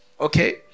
okay